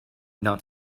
not